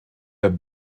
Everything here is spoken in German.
der